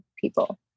people